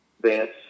Vance